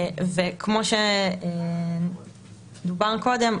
כמו שדובר קודם,